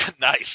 Nice